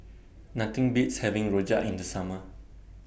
Nothing Beats having Rojak in The Summer